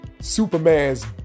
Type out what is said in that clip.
superman's